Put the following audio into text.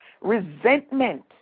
resentment